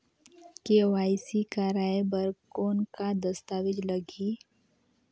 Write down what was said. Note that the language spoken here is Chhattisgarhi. के.वाई.सी कराय बर कौन का दस्तावेज लगही?